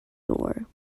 door